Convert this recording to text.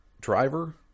driver